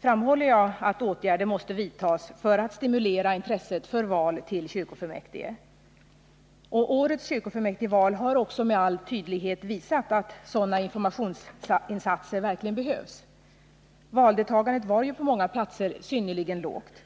framhåller jag att åtgärder måste vidtas för att stimulera intresset för val till kyrkofullmäktige. Årets kyrkofullmäktigval har också med all tydlighet visat att sådana informationsinsatser verkligen behövs. Valdeltagandet var ju på många platser synnerligen lågt.